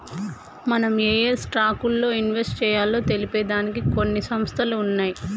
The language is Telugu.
మనం ఏయే స్టాక్స్ లో ఇన్వెస్ట్ చెయ్యాలో తెలిపే దానికి కొన్ని సంస్థలు ఉన్నయ్యి